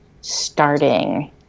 starting